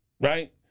right